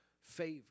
favor